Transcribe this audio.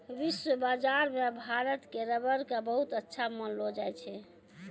विश्व बाजार मॅ भारत के रबर कॅ बहुत अच्छा मानलो जाय छै